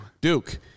Duke